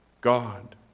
God